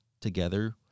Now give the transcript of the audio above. together